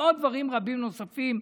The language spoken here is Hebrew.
ועוד דברים רבים נוספים.